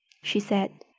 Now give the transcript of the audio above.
she said.